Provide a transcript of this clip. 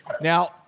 Now